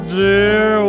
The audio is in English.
dear